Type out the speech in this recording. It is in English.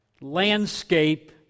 landscape